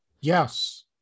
Yes